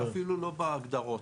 אפילו לא בהגדרות.